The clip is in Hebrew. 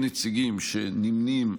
נכון.